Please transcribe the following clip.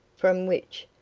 from which,